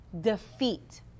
defeat